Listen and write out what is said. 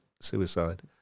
suicide